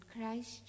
Christ